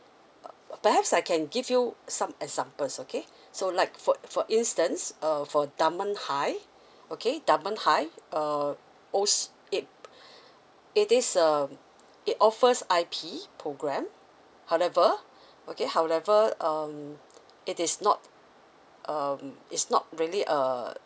perhaps I can give you some examples okay so like for for instance uh for dunman high okay dunman high uh owes ip it is um it offers I_P programme however okay however um it is not um it's not really a